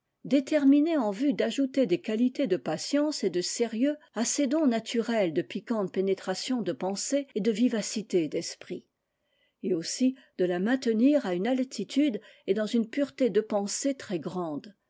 déterminé en vue d'ajouter des qualités de patience et de sérieux à ses dons naturels de piquante pénétration de pensée et de vivacité d'esprit et aussi de la mainte nir à une altitude et dans une pureté de pensée très grandes